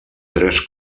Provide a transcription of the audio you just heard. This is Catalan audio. tres